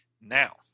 Now